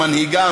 היא מנהיגה,